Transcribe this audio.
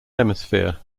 hemisphere